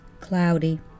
cloudy